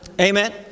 Amen